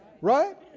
Right